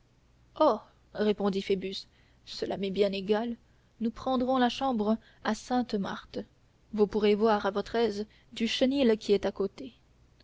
égal nous prendrons la chambre à sainte marthe vous pourrez voir à votre aise du chenil qui est à côté